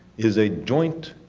is a joint,